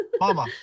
Mama